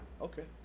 okay